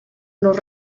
los